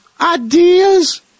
ideas